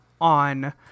on